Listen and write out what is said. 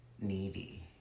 needy